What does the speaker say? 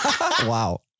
Wow